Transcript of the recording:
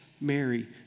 Mary